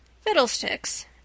Fiddlesticks